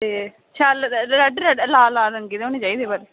ते शैल red red लाल लाल रंगे दे होने चाहिदे पर